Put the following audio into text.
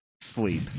sleep